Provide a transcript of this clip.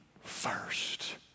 first